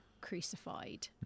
crucified